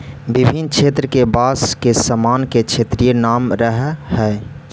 विभिन्न क्षेत्र के बाँस के सामान के क्षेत्रीय नाम रहऽ हइ